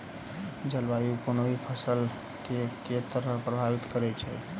जलवायु कोनो भी फसल केँ के तरहे प्रभावित करै छै?